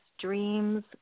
dreams